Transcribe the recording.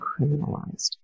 criminalized